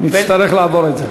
נצטרך לעבור את זה.